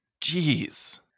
Jeez